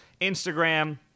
Instagram